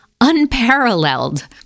unparalleled